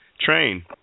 Train